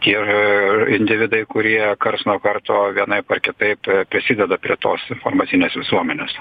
ir individai kurie karts nuo karto vienaip ar kitaip prisideda prie tos informacinės visuomenės